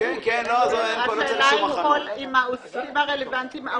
השאלה אם העוסקים הרלוונטיים ערוכים.